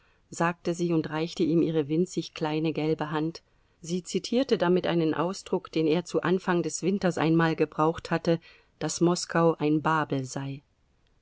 sagte sie und reichte ihm ihre winzig kleine gelbe hand sie zitierte damit einen ausdruck den er zu anfang des winters einmal gebraucht hatte daß moskau ein babel sei